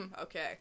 Okay